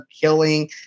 killing